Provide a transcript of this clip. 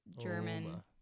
german